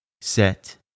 set